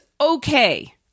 okay